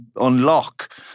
unlock